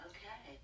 Okay